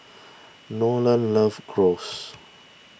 Nolan loves Gyros